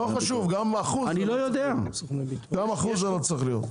לא חשוב, גם אחוז לא צריך להיות.